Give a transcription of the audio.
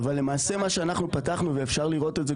אבל למעשה מה שאנחנו פתחנו ואפשר לראות את זה,